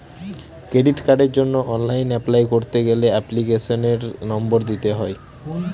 credit কার্ডের জন্য online apply করতে গেলে এপ্লিকেশনের নম্বর দিতে হয়